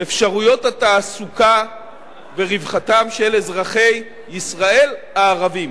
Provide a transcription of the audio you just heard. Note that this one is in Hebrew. אפשרויות התעסוקה ורווחתם של אזרחי ישראל הערבים.